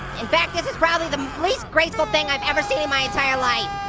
in fact, this is probably the least graceful thing i've ever seen in my entire life.